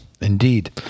Indeed